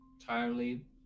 entirely